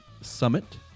Summit